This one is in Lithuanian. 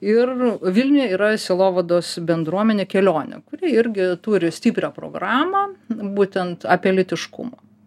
ir vilniuj yra sielovados bendruomenė kelionė kuri irgi turi stiprią programą būtent apie lytiškumą